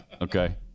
Okay